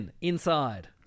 Inside